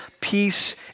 peace